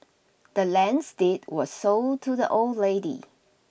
the land's deed were sold to the old lady